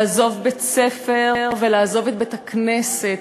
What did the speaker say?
לעזוב בית-ספר ולעזוב את בית-הכנסת.